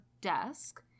desk